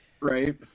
Right